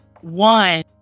one